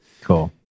Cool